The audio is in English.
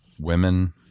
women